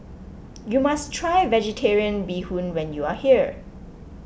you must try Vegetarian Bee Hoon when you are here